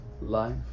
Life